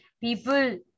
People